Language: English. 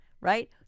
right